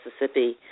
Mississippi